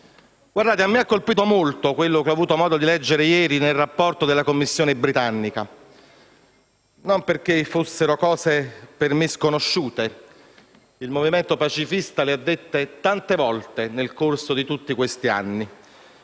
Mi ha colpito molto quanto ho avuto modo di leggere ieri nel rapporto della commissione britannica, e non perché fossero cose per me sconosciute. Il Movimento pacifista le ha dette infatti tante volte nel corso di questi anni.